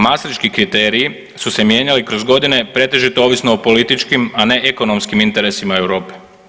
Maastrichtski kriteriji su se mijenjali kroz godine pretežito ovisno o političkim, a ne ekonomskim interesima Europe.